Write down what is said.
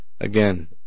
Again